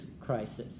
crisis